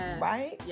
right